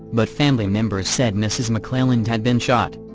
but family members said mrs. mcclelland had been shot.